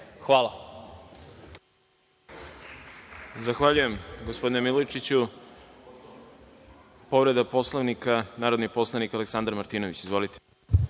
Hvala.